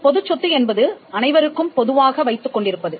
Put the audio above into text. பொதுச் சொத்து என்பது அனைவருக்கும் பொதுவாக வைத்துக் கொண்டிருப்பது